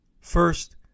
first